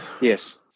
Yes